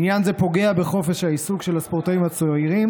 עניין זה פוגע בחופש העיסוק של הספורטאים הצעירים